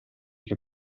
che